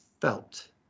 felt